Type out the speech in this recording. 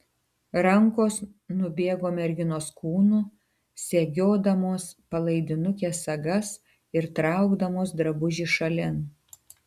rankos nubėgo merginos kūnu segiodamos palaidinukės sagas ir traukdamos drabužį šalin